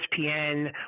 ESPN